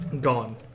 gone